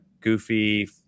goofy